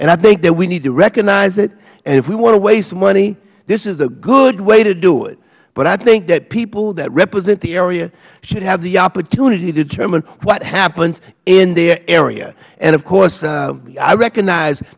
and i think that we need to recognize it if we want to waste money this is a good way to do it but i think that people that represent the area should have the opportunity to determine what happens in their area of course i recognize